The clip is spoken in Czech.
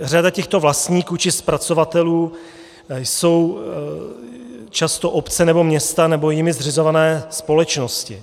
Řada těchto vlastníků či zpracovatelů jsou často obce nebo města nebo jimi zřizované společnosti.